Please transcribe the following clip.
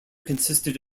consisted